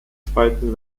zweiten